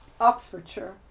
Oxfordshire